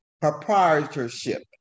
proprietorship